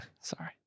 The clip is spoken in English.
sorry